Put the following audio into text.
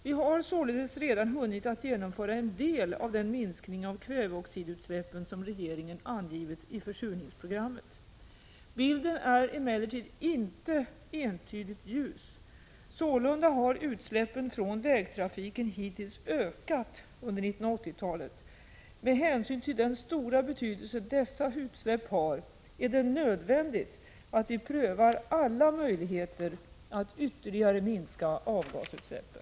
Vi har således redan hunnit genomföra en del av den minskning av kväveoxidutsläppen som regeringen angivit i försurningsprogrammet. Bilden är emellertid inte entydigt ljus. Sålunda har utsläppen från vägtrafiken hittills ökat under 1980-talet. Med hänsyn till den stora betydelse dessa utsläpp har är det nödvändigt att vi prövar alla möjligheter att ytterligare minska avgasutsläppen.